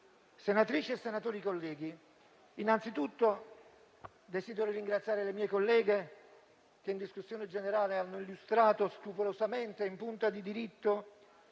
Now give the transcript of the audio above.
senatrici e senatori colleghi, innanzitutto desidero ringraziare le mie colleghe che, in discussione generale, hanno illustrato scrupolosamente, in punta di diritto,